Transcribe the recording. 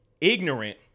ignorant